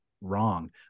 wrong